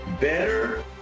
better